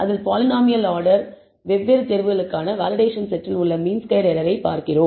அதில் பாலினாமியல் ஆர்டரின் வெவ்வேறு தேர்வுகளுக்கான வேலிடேஷன் செட்டில் உள்ள மீன் ஸ்கொயர்ட் எரர் ஐ பார்க்கிறோம்